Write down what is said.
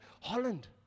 Holland